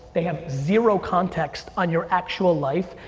they have zero context on your actual life,